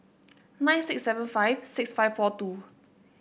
nine six seven five six five four two